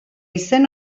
izen